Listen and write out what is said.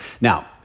Now